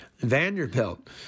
Vanderbilt